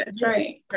Right